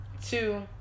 two